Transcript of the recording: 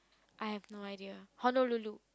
I have no idea Honolulu